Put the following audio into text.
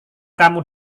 kamu